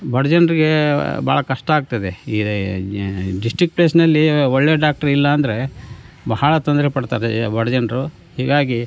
ಬಡ ಜನರಿಗೆ ಭಾಳ ಕಷ್ಟ ಆಗ್ತದೆ ಈ ಡಿಸ್ಟ್ರಿಕ್ಟ್ ಪ್ಲೇಸ್ನಲ್ಲಿ ಒಳ್ಳೆಯ ಡಾಕ್ಟರ್ ಇಲ್ಲಾಂದರೆ ಬಹಳ ತೊಂದರೆಪಡ್ತಾರೆ ಬಡ ಜನರು ಹೀಗಾಗಿ